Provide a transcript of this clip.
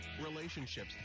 relationships